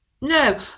No